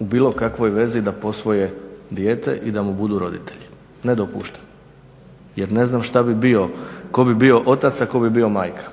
u bilo kakvoj vezi da posvoje dijete i da mu budu roditelji, ne dopušta. Jer ne znam šta bi bio, tko bi bio otac, a tko bi bio majka.